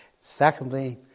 Secondly